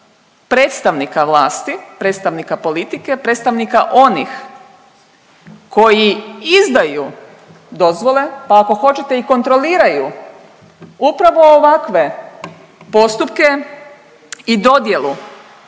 predstavnika vlasti, predstavnika politike, predstavnika onih koji izdaju dozvole, pa ako hoćete i kontroliraju upravo ovakve postupke i dodjelu